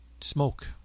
smoke